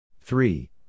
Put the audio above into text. Three